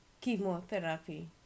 chemotherapy